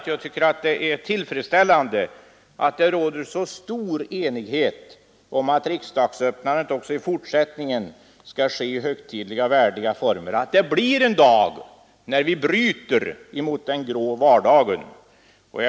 Jag tycker det är tillfredsställande att det råder så stor enighet om att riksdagsöppnandet också i fortsättningen skall ske i högtidliga och värdiga former, så att det blir en stund då vi bryter mot den grå vardagen.